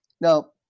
Now